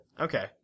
Okay